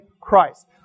Christ